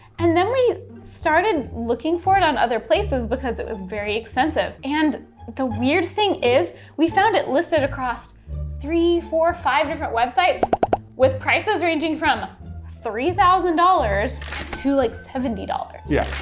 and then we started looking for it on other places because it was very expensive. and the weird thing is, we found it listed across three, four, five different websites with prices ranging from three thousand dollars to like seventy dollars. yeah,